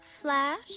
Flash